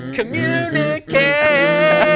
communicate